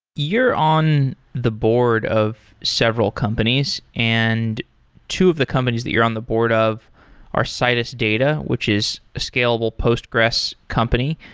you're on the board of several companies, and two of the companies that you're on the board of are citus data, which is scalable postgres company,